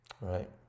Right